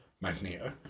Magneto